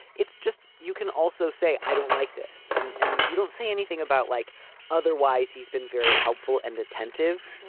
it's just you can also say, i don't like this and and you don't say anything about like otherwise. he's been very helpful and attentive.